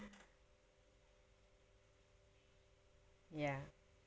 ya